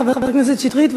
חבר הכנסת שטרית,